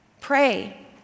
Pray